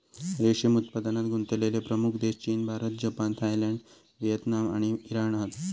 रेशीम उत्पादनात गुंतलेले प्रमुख देश चीन, भारत, जपान, थायलंड, व्हिएतनाम आणि इराण हत